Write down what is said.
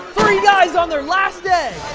three guys on their last day!